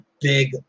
big